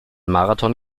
marathon